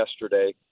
yesterday